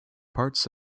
parts